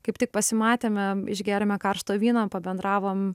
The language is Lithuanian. kaip tik pasimatėme išgėrėme karšto vyno pabendravom